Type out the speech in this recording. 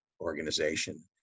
organization